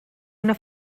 una